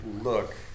look